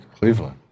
Cleveland